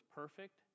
perfect